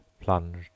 plunged